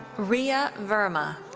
ria verma.